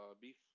beef